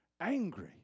angry